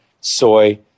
soy